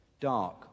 dark